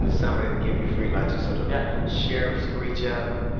in the summer, they would give you free lunch. and sort of. yeah. sheriffs screech up.